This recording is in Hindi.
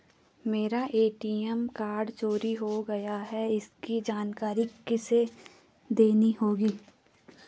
मेरा ए.टी.एम कार्ड चोरी हो गया है इसकी जानकारी किसे देनी होगी?